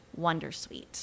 Wondersuite